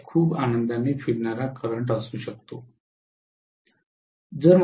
त्यात खूप आनंदाने फिरणारा करंट असू शकतो